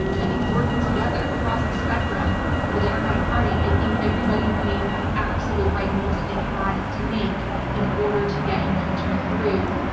i think working together across the spectrum of the democratic party, i think everybody made the absolute right moves that they had to make in order to get impeachment through.